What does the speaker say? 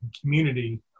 community